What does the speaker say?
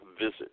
visit